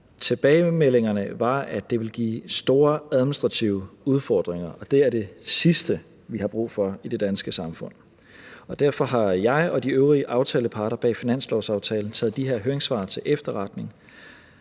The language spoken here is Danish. Tilbagemeldingerne var, at det ville give store administrative udfordringer, og det er det sidste, vi har brug for i det danske samfund. Derfor har jeg og de øvrige aftaleparter bag finanslovsaftalen taget de her høringssvar til efterretning,